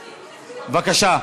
בבקשה.